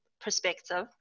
perspective